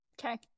Okay